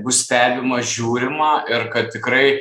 bus stebima žiūrima ir kad tikrai